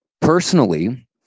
personally